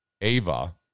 Ava